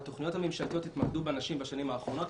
התוכניות הממשלתיות התמקדו בנשים בשנים האחרונות,